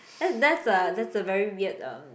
that that's uh that's a very weird um